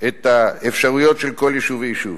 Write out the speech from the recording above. את האפשרויות של כל יישוב ויישוב.